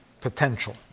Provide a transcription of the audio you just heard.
potential